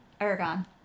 Aragon